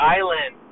Island